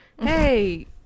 Hey